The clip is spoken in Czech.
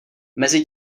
mezi